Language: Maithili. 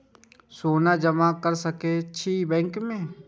सोना जमा कर सके छी बैंक में?